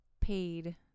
paid